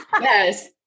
Yes